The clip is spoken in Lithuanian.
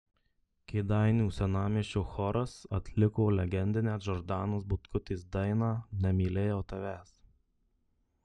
kėdainių senamiesčio choras atliko legendinę džordanos butkutės dainą nemylėjau tavęs